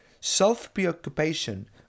self-preoccupation